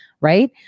right